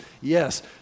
Yes